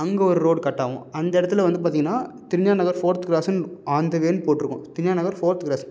அங்கே ஒரு ரோடு கட்டாகும் அந்த இடத்துல வந்து பார்த்திங்கனா திருஞான நகர் ஃபோர்த்து க்ராஸ்ன்னு அந்தமாரி போட்டுருக்கும் திருஞான நகர் ஃபோர்த்து க்ராஸ்